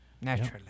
Naturally